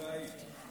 או להעיד.